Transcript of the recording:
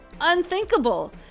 Unthinkable